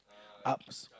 ups